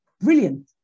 Brilliant